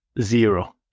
zero